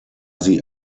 sie